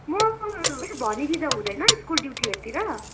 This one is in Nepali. म यसो भनिदिँदा हुँदैन स्कुल ड्युटीहरूतिर